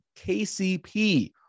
KCP